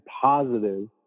positive